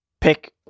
pick